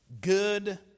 good